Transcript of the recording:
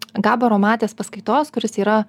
gaba romatės paskaitos kuris yra